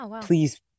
please